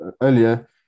earlier